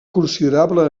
considerable